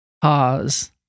Pause